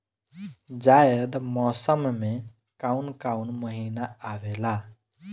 जायद मौसम में काउन काउन महीना आवेला?